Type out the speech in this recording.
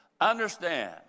Understand